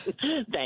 Thank